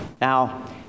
Now